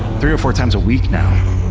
three or four times a week now.